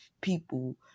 people